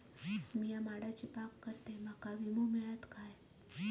मी माडाची बाग करतंय माका विमो मिळात काय?